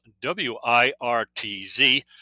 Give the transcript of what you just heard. W-I-R-T-Z